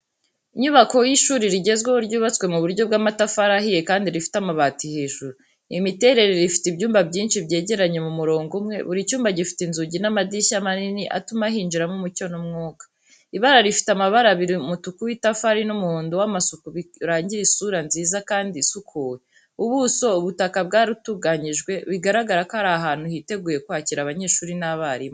Inyubako y’ishuri rigezweho, ryubatswe mu buryo bw’amatafari ahiye kandi rifite amabati hejuru. Imiterere, rifite ibyumba byinshi byegeranye mu murongo umwe, buri cyumba gifite inzugi n’amadirishya manini atuma hinjiramo umucyo n’umwuka. Ibara, rifite amabara abiri umutuku w’itafari n’umuhondo w’amasuku bikarigira isura nziza kandi isukuye. Ubuso, ubutaka bwaratunganyijwe, bigaragara ko ari ahantu hiteguye kwakira abanyeshuri n’abarimu.